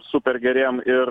super geriem ir